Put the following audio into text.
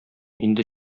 инде